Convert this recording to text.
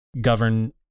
govern